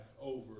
over